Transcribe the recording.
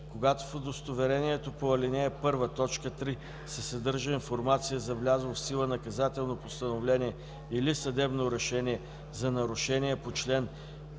Когато в удостоверението по ал. 1, т. 3 се съдържа информация за влязло в сила наказателно постановление или съдебно решение за нарушение по чл.